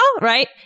Right